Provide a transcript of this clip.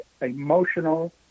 emotional